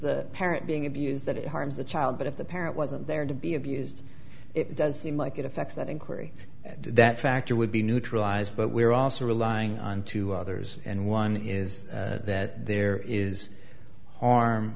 the parent being abused that it harms the child but if the parent wasn't there to be abused it does seem like it affects that inquiry that factor would be neutralized but we are also relying on two others and one is that there is harm